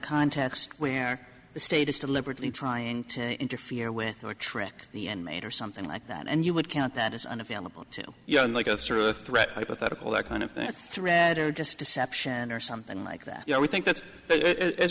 context where the state is deliberately trying to interfere with or trick the end mate or something like that and you would count that as unavailable to young like a sort of threat hypothetical that kind of threat or just deception or something like that we think that as